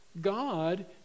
God